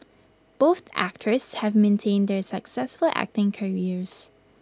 both actors have maintained their successful acting careers